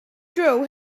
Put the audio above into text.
drill